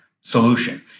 solution